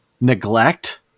neglect